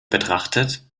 betrachtet